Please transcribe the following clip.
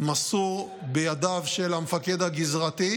מסור בידיו של המפקד הגזרתי,